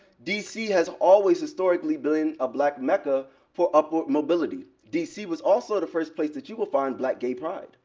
dc has always historically billion a black mecca for upward mobility. dc was also the first place that you will find black gay pride.